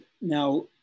Now